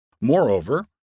Moreover